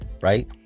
right